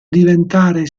diventare